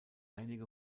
einige